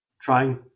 trying